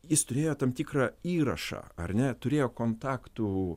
jis turėjo tam tikrą įrašą ar ne turėjo kontaktų